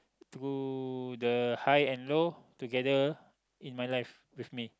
to the high and low together in my life with me